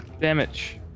Damage